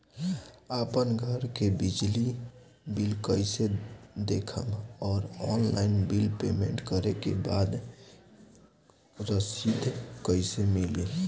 आपन घर के बिजली बिल कईसे देखम् और ऑनलाइन बिल पेमेंट करे के बाद रसीद कईसे मिली?